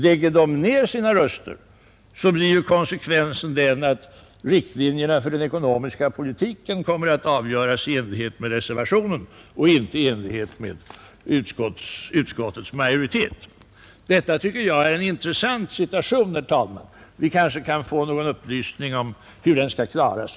Lägger man ned sina röster, blir ju konsekvensen den att riktlinjerna för den ekonomiska politiken kommer att avgöras i enlighet med reservationen och inte i enlighet med utskottsmajoritetens hemställan. Det tycker jag är en intressant situation, herr talman. Vi kanske under debatten framöver kan få någon upplysning om hur den skall klaras.